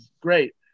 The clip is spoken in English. great